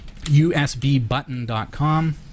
usbbutton.com